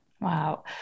Wow